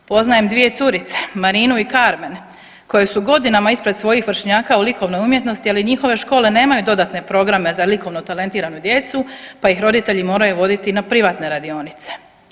Poznajem dvije curice, Marinu i Karmen koje su godinama ispred svojih vršnjaka u likovnoj umjetnosti, ali njihove škole nemaju dodatne programe za likovno talentiranu djecu, pa ih roditelji moraju voditi na privatne radionice.